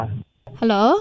Hello